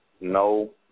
No